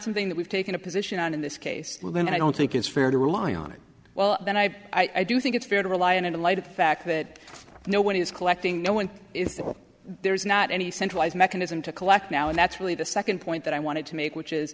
something that we've taken a position on in this case we're going to i don't think it's fair to rely on it well then i i do think it's fair to rely on in the light of the fact that no one is collecting no one is that there's not any centralized mechanism to collect now and that's really the second point that i wanted to make which is